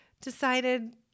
decided